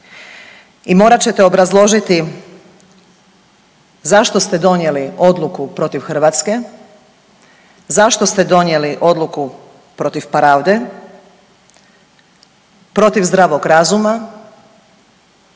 i morat ćete obrazložiti zašto ste donijeli odluku protiv Hrvatske, zašto ste donijeli odluku protiv pravde, protiv zdravog razuma,